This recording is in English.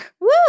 Woo